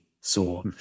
saw